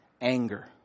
anger